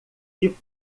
que